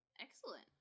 Excellent